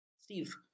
Steve